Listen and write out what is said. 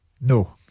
No